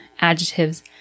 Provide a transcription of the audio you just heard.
adjectives